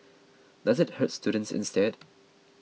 does it hurt students instead